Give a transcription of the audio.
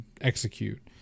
execute